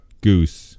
Goose